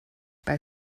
bei